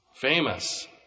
famous